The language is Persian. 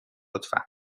لطفا